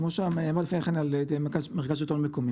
כמו שאמרו לפני כן על המשרד לשלטון מקומי,